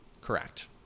Correct